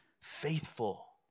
faithful